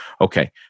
Okay